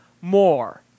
more